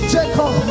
Jacob